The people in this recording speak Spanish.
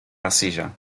arcilla